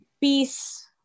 peace